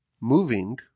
Moving